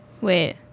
Wait